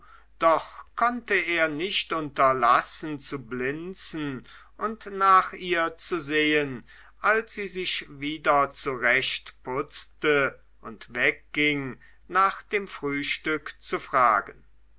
doch konnte er nicht unterlassen zu blinzen und nach ihr zu sehen als sie sich wieder zurechtputzte und wegging nach dem frühstück zu fragen